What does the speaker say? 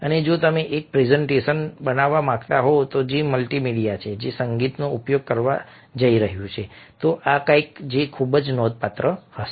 અને જો તમે એક પ્રેઝન્ટેશનરજૂઆત બનાવવા માંગતા હોવ જે મલ્ટીમીડિયા છે જે સંગીતનો ઉપયોગ કરવા જઈ રહ્યું છે તો આ કંઈક છે જે ખૂબ જ નોંધપાત્ર હશે